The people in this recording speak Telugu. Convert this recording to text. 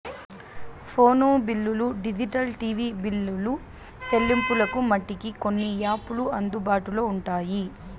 ఫోను బిల్లులు డిజిటల్ టీవీ బిల్లులు సెల్లింపులకు మటికి కొన్ని యాపులు అందుబాటులో ఉంటాయి